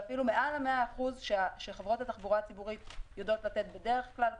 ואפילו מעל ה-100% שחברות התחבורה הציבורית יודעות לתת בדרך כלל,